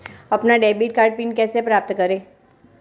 अपना debit card PIN कैसे प्राप्त करें?